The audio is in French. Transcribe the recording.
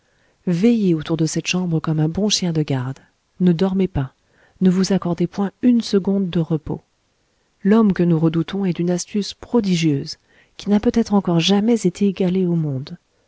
veillez autour de cette chambre comme un bon chien de garde ne dormez pas ne vous accordez point une seconde de repos l'homme que nous redoutons est d'une astuce prodigieuse qui n'a peut-être encore jamais été égalée au monde